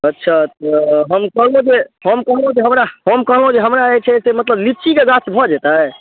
अच्छा हम कहलहुँ जे हम कहलहुँ जे हमरा हम कहलहुँ जे हमरा जे छै से लीचीके गाछ भऽ जेतै